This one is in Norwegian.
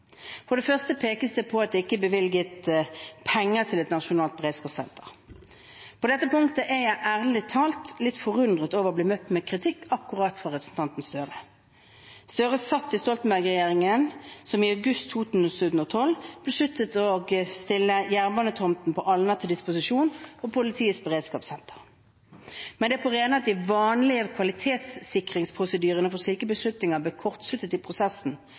For det første pekes det på at det ikke er bevilget penger til et nasjonalt beredskapssenter. På dette punktet er jeg ærlig talt litt forundret over å bli møtt med kritikk fra akkurat representanten Gahr Støre. Gahr Støre satt i Stoltenberg-regjeringen, som i august 2012 besluttet å stille jernbanetomten på Alna til disposisjon for politiets beredskapssenter. Men det er på det rene at de vanlige kvalitetssikringsprosedyrene for slike beslutninger ble kortsluttet i prosessen,